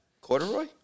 Corduroy